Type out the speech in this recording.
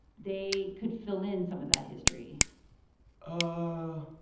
they could fill in some of that history ah